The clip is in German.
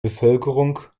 bevölkerung